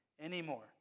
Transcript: anymore